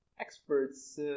experts